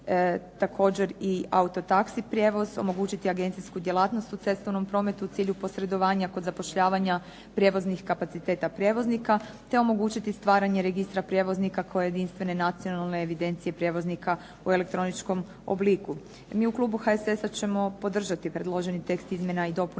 također i auto taxi prijevoz, omogućiti agencijsku djelatnost u cestovnom prometu u cilju posredovanja kod zapošljavanja prijevoznih kapaciteta prijevoznika te omogućiti stvaranje registra prijevoznika kao jedinstvene nacionalne evidencije prijevoznika u elektroničkom obliku. Mi u klubu HSS-a ćemo podržati predloženi tekst izmjena i dopuna